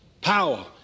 power